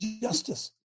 Justice